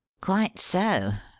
quite so,